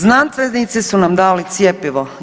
Znanstvenici su nam dali cjepivo.